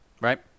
Right